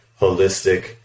holistic